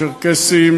צ'רקסים,